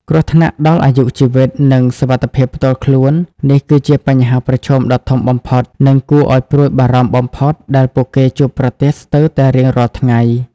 គ្រោះថ្នាក់ដល់អាយុជីវិត និងសុវត្ថិភាពផ្ទាល់ខ្លួន នេះគឺជាបញ្ហាប្រឈមដ៏ធំបំផុត និងគួរឲ្យព្រួយបារម្ភបំផុតដែលពួកគេជួបប្រទះស្ទើរតែរៀងរាល់ថ្ងៃ។